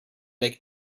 make